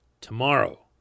tomorrow